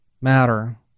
matter